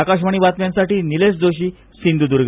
आकाशवाणी बातम्यांसाठी निलेश जोशी सिंधुद्ग